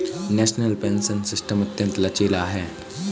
national pension system अत्यंत लचीला है